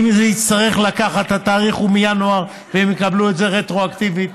התאריך הוא מינואר, והם יקבלו את זה רטרואקטיבית.